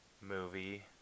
movie